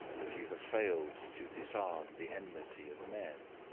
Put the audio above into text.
that you have failed to disarm the enmity of men?